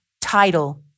title